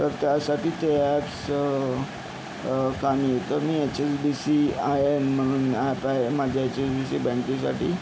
तर त्यासाठीच हे ॲप्स कामी येतात तर मी H S B C I I M म्हणून ॲप आहे माझ्या एच एस बी सी बँकेसाठी